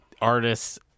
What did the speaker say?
artists